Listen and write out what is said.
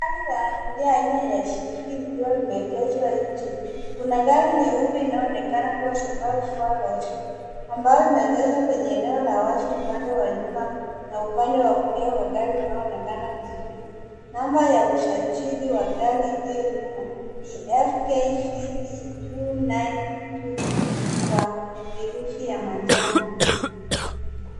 Gari la abiria aina ya SUV ilikua imeegezwa nje. Kuna gari nyeupe inayoonekana kua subaru forester, ambayo imeegezwa kwenye eneo la wazi upande wa nyuma na upande wa kulia wa gari unaoonekana vizuri. Namba ya usajili wa gari iliyo nyuma ni FKVE 292, kwa herufi ya manjano.